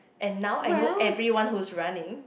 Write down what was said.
and now I know everyone who's running